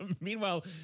Meanwhile